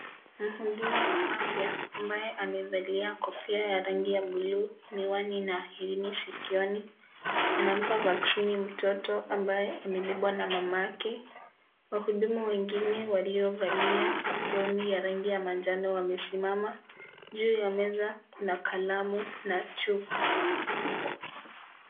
Mhudumu wa afya ambaye amevalia kofia ya rangi ya buluu, miwani na herini sikioni anampa vaksini mtoto ambaye amebebwa na mamake. Wahudumu wengine waliovalia aproni ya rangi ya manjano wamesimama. Juu ya meza kuna kalamu na chupa.